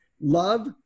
love